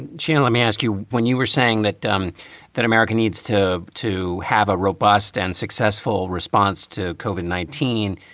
chief, let me ask you, when you were saying that um that america needs to to have a robust and successful response to cauvin nineteen.